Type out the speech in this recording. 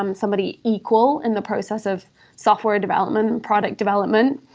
um somebody equal in the process of software development, product development.